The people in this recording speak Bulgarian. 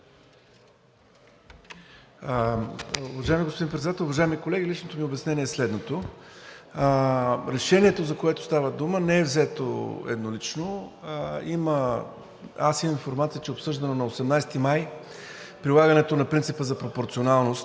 Уважаеми господин Председател, уважаеми колеги! Личното ми обяснение е следното: решението, за което става дума, не е взето еднолично. Аз имам информация, че е обсъждано на 18 май прилагането на принципа за пропорционалност